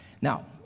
Now